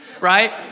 right